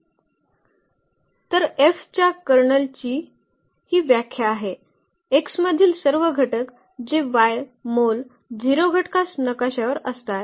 तर F च्या कर्नलची ही व्याख्या आहे X मधील सर्व घटक जे Y मोल 0 घटकास नकाशावर आणतात